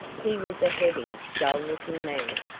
he was a heavy, dull-looking man,